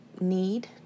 need